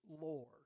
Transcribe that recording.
Lord